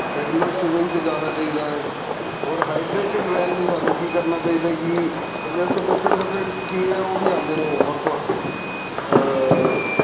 regular swing 'ਤੇ ਜਾਣਾ ਚਾਹੀਦਾ ਹੋਰ ਹਾਈਡਰੇਟਿਡ ਰਹਿਣ ਲਈ ਸਾਨੂੰ ਕੀ ਕਰਨਾ ਚਾਹੀਦਾ ਕਿ ਇਹਦੇ ਵਾਸਤੇ ਡਿਫਰੈਂਟ ਡਿਫਰੈਂਟ ਕੀ ਆ ਉਹ ਵੀ ਆਉਂਦੇ ਨੇ ਵੱਖ ਵੱਖ